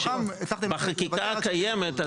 בחקיקה הקיימת,